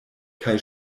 kaj